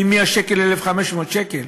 מ-100 שקל ל-1,500 שקל.